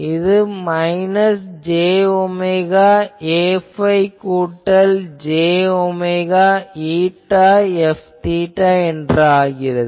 இது minus j omega Aϕ கூட்டல் j omega η Fθ ஆகிறது